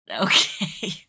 Okay